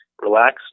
relax